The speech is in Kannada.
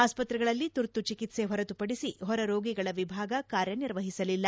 ಆಸ್ಪತ್ರೆಗಳಲ್ಲಿ ತುರ್ತು ಚಿಕಿತ್ವೆ ಹೊರತುಪಡಿಸಿ ಹೊರರೋಗಿಗಳ ವಿಭಾಗ ಕಾರ್ ನಿರ್ವಹಿಸಲಿಲ್ಲ